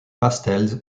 pastels